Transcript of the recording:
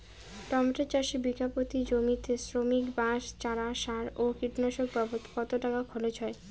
Tomato চাষে বিঘা প্রতি জমিতে শ্রমিক, বাঁশ, চারা, সার ও কীটনাশক বাবদ কত টাকা খরচ হয়?